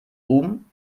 oben